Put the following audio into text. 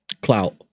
Clout